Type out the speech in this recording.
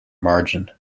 margin